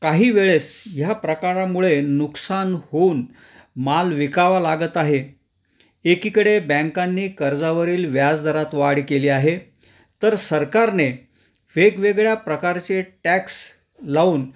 काही वेळेस ह्या प्रकारामुळे नुकसान होऊन माल विकावां लागत आहे एकीकडे बँकांनी कर्जावरील व्याज दरात वाढ केली आहे तर सरकारने वेगवेगळ्या प्रकारचे टॅक्स लावून